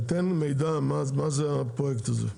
תן מידע מה זה הפרויקט הזה.